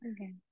Okay